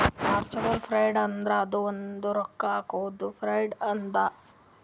mutual fund ಅಂದುರ್ ಅದು ಒಂದ್ ರೊಕ್ಕಾ ಹಾಕಾದು ಫಂಡ್ ಅದಾ